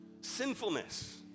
sinfulness